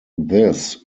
this